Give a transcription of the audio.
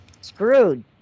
Screwed